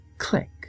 Click